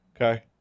Okay